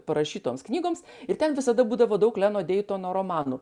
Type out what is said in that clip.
parašytoms knygoms ir ten visada būdavo daug leno deitono romanų